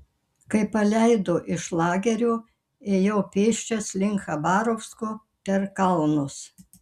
kai paleido iš lagerio ėjau pėsčias link chabarovsko per kalnus